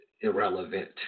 irrelevant